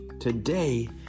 Today